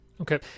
Okay